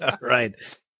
right